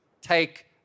take